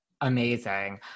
Amazing